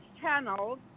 channels